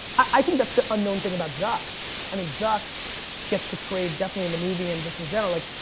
i think that's the unknown thing about zucks. i mean, zucks gets portrayed, definitely in the movie and just in general, like,